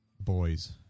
Boys